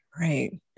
Right